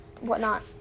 whatnot